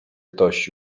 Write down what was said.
ktoś